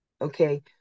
okay